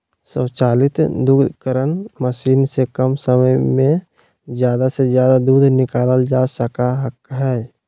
स्वचालित दुग्धकरण मशीन से कम समय में ज़्यादा से ज़्यादा दूध निकालल जा सका हइ